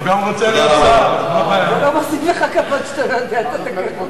זה לא מוסיף לך כבוד שאתה לא יודע את התקנון.